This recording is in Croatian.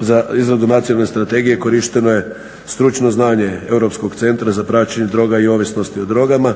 za izradu Nacionalne strategije korišteno je stručno znanje Europskog centra za praćenje droga i ovisnosti o drogama,